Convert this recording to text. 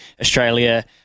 Australia